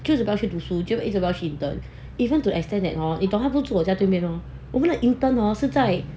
就是不要去读书就不要去 intern even to extend that hor that 他住在我家对面 hor 我们的 intern 是在